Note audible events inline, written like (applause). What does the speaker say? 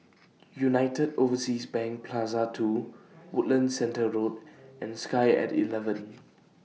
United Overseas Bank Plaza two (noise) Woodlands Centre Road and Sky At eleven